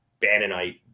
Bannonite